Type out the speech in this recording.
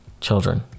children